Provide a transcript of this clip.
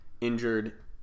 injured